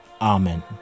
Amen